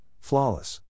flawless